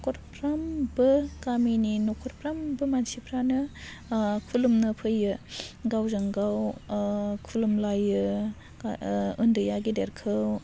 नख'रफ्रोमबो गामिनि नख'रफ्रोमबो मानसिफ्रानो खुलुमनो फैयो गावजों गाव खुलुमलायो उन्दैआ गेदेरखौ